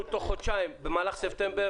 חודשיים, במהלך ספטמבר